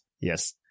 yes